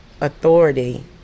authority